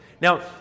Now